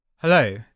Hello